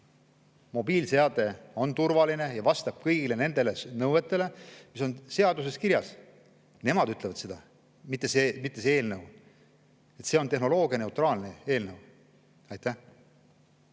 mobiilseade on turvaline ja vastab kõigile nõuetele, mis on seaduses kirjas. Nemad ütlevad seda, mitte see eelnõu. See on tehnoloogianeutraalne eelnõu. Aitäh!